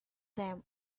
them